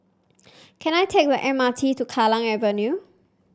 can I take the M R T to Kallang Avenue